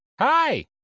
Hi